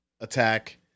attack